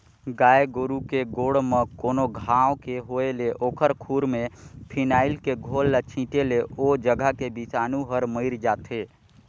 गाय गोरु के गोड़ म कोनो घांव के होय ले ओखर खूर में फिनाइल के घोल ल छींटे ले ओ जघा के बिसानु हर मइर जाथे